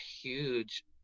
huge